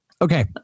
Okay